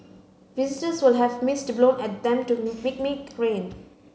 visitors will have mist blown at them to mimic rain